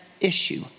issue